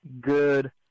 good